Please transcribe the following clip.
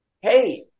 hey